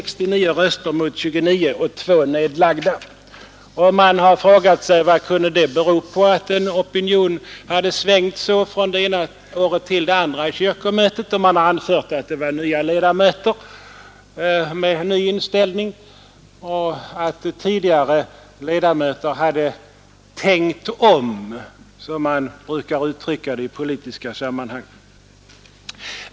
Man har frågat sig: Vad kunde det bero på att en opinion hade svängt så från det ena året till det andra i kyrkomötet? Man har anfört att det var nya ledamöter med ny inställning och att tidigare ledamöter hade ”tänkt om”, som det brukar uttryckas i politiska sammanhang.